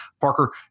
Parker